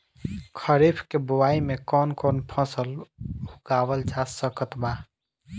खरीब के बोआई मे कौन कौन फसल उगावाल जा सकत बा?